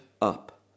up